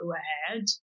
ahead